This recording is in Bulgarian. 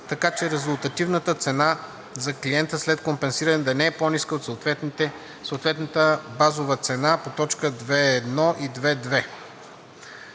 така че резултативната цена за клиента след компенсиране да не е по-ниска от съответната базова цена по т. 2.1 и 2.2.